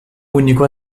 único